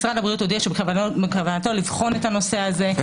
משרד הבריאות הודיע שבכוונתו לבחון את הנושא הזה מחדש.